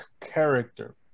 character